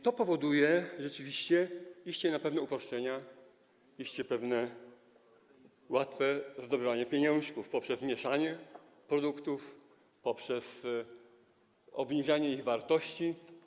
To powoduje rzeczywiście, że idzie się na pewne uproszczenia, idzie się na pewne łatwe zdobywanie pieniążków poprzez mieszanie produktów, poprzez obniżanie ich wartości.